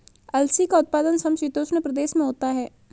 अलसी का उत्पादन समशीतोष्ण प्रदेश में होता है